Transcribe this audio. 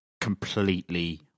completely